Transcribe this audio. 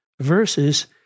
verses